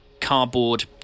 cardboard